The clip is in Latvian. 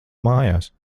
mājās